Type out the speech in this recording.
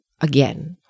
again